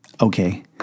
Okay